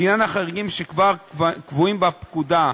לעניין החריגים שכבר קבועים בפקודה,